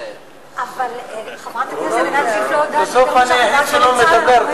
בסוף אני היחיד שלא מדבר.